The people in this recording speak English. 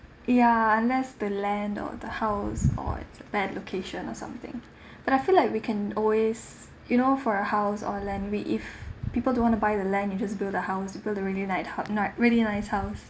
ya unless the land or the house or it's bad location or something but I feel like we can always you know for a house or land we if people don't want to buy the land you just build the house build a really nice hou~ night really nice house